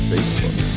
Facebook